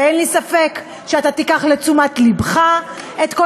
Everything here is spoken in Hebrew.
ואין לי ספק שאתה תיקח לתשומת לבך את כל